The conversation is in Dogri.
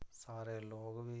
सारे लोक बी